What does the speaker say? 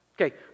Okay